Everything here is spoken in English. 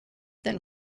than